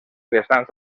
vessants